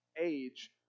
age